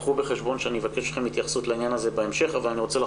קחו בחשבון שבהמשך אני אבקש מכם התייחסות לעניין הזה אבל אני רוצה עכשיו